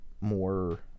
more